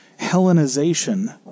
Hellenization